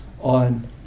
on